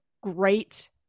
great